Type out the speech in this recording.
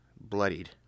bloodied